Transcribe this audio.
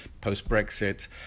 post-brexit